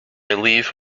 leave